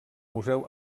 museu